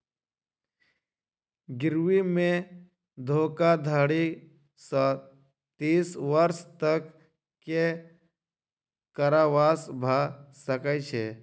गिरवी मे धोखाधड़ी सॅ तीस वर्ष तक के कारावास भ सकै छै